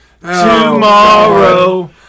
tomorrow